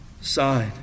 side